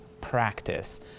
practice